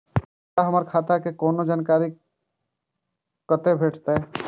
हमरा हमर खाता के कोनो जानकारी कते भेटतै